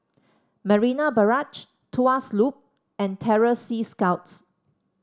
Marina Barrage Tuas Loop and Terror Sea Scouts